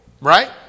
Right